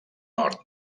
nord